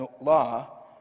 law